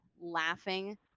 laughing